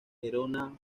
gerona